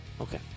Okay